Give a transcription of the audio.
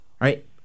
Right